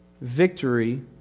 Victory